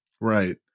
Right